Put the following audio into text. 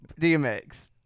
DMX